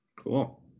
cool